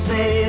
Say